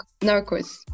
Narcos